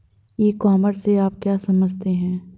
ई commerce से आप क्या समझते हो?